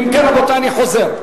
אם כן, רבותי, אני חוזר.